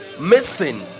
missing